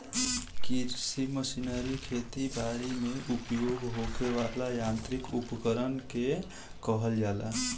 कृषि मशीनरी खेती बरी में उपयोग होखे वाला यांत्रिक उपकरण के कहल जाला